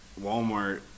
walmart